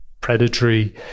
predatory